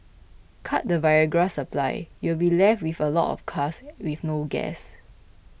cut the Viagra supply you'll be left with a lot of cars with no gas